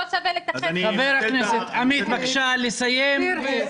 חבר הכנסת עמית, בבקשה לסיים.